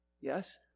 yes